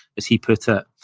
as he put it,